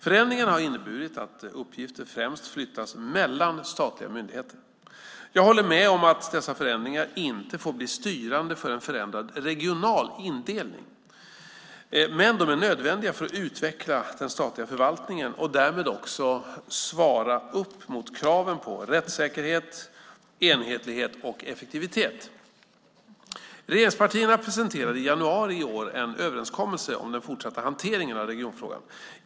Förändringarna har inneburit att uppgifter främst flyttats mellan statliga myndigheter. Jag håller med om att dessa förändringar inte får bli styrande för en förändrad regional indelning, men de är nödvändiga för att utveckla den statliga förvaltningen och därmed också svara upp mot kraven på rättssäkerhet, enhetlighet och effektivitet. Regeringspartierna presenterade i januari i år en överenskommelse om den fortsatta hanteringen av regionfrågan.